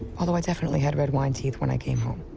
although i definitely had red wine teeth when i came home.